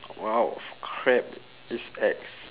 !wow! crab it's ex